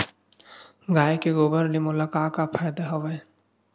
गाय के गोबर ले मोला का का फ़ायदा हवय?